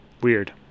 weird